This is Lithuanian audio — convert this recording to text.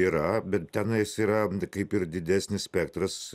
yra bet tenais yra kaip ir didesnis spektras